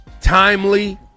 Timely